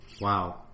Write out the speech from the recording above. Wow